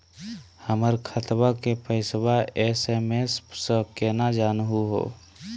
हमर खतवा के पैसवा एस.एम.एस स केना जानहु हो?